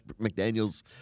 McDaniels